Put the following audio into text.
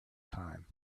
time